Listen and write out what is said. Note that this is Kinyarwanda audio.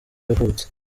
yavutse